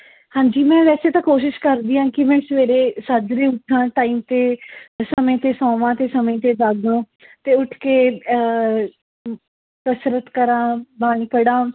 ਹਾਂਜੀ ਮੈਂ ਵੈਸੇ ਤਾਂ ਕੋਸ਼ਿਸ਼ ਕਰਦੀ ਹਾਂ ਕਿ ਮੈਂ ਸਵੇਰੇ ਸੱਜਰੇ ਉੱਠਾ ਟਾਈਮ 'ਤੇ ਸਮੇਂ 'ਤੇ ਸੌਵਾਂ ਅਤੇ ਸਮੇਂ 'ਤੇ ਜਾਗਾਂ ਅਤੇ ਉੱਠ ਕੇ ਕਸਰਤ ਕਰਾਂ ਬਾਣੀ ਪੜ੍ਹਾਂ